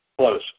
Close